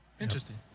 Interesting